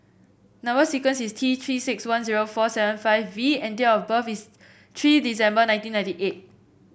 number sequence is T Three six one zero four seven five V and date of birth is three December nineteen ninety eight